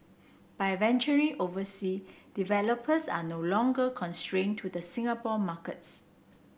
by venturing oversea developers are no longer constrain to the Singapore markets